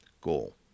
goal